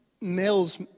males